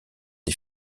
des